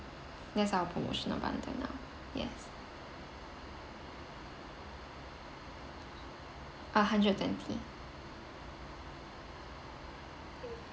that's our promotion bundle ah yes uh hundred twenty